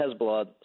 Hezbollah